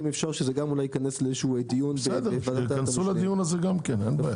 ייכנסו לדיון הזה גם כן.